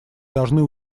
должны